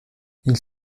ils